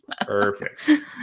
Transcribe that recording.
Perfect